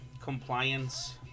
compliance